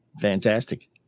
Fantastic